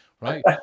right